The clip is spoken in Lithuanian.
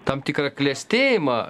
tam tikrą klestėjimą